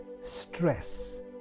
Stress